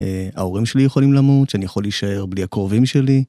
‫ההורים שלי יכולים למות, ‫שאני יכול להישאר בלי הקרובים שלי.